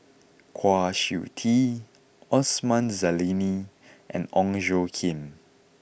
Kwa Siew Tee Osman Zailani and Ong Tjoe Kim